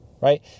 right